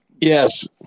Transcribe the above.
yes